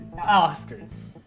Oscars